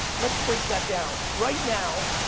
let's break that down. right now,